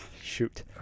Shoot